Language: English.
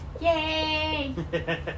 Yay